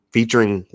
Featuring